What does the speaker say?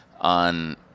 on